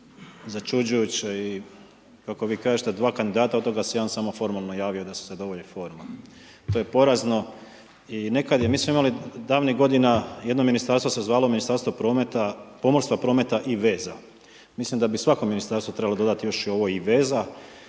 začuđujuće i kako vi kažete, dva kandidata, od toga se jedan samo formalno javio da se zadovolji forma. To je porazno i nekad je, mi smo imali davnih godina, jedno ministarstvo se zvalo Ministarstvo pomorstva, prometa i veza. Mislim da bi svako ministarstvo trebalo dodati još i ovo “i veza“